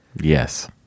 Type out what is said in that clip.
yes